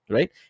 Right